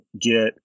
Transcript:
get